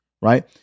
Right